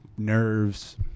nerves